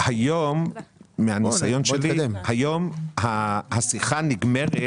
מהניסיון שלי היום השיחה נגמרת